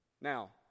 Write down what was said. Now